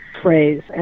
phrase